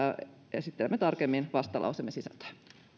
esittelemme tarkemmin vastalauseemme sisältöä